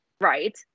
Right